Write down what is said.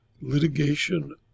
litigation